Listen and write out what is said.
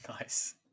nice